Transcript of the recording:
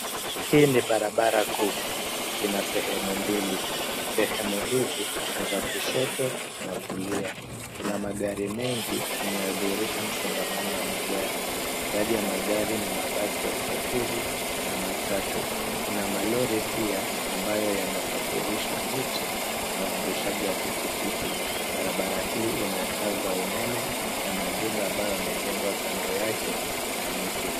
Hii ni barabara kuu. Ina sehemu mbili. Sehemu hizi ni za kushoto na kulia . Kuna magari mengi yananyodhirisha msongamano wa magari. Baadhi ya magari ni mabasi ya usafiri na matatu. Kuna malori pia ambayo yanasafirisha miti na waendeshaji wa pikipiki. Barabara hii ina taa za umeme na majumba ambayo yamejengwa kando yake na miti .